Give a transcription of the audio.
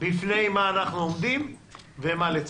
בפני מה אנחנו עומדים ולמה לצפות.